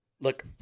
Look